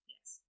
Yes